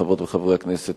חברות וחברי הכנסת,